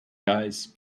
guys